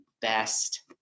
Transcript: best